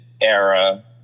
era